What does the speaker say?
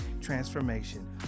transformation